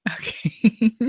okay